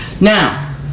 Now